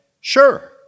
sure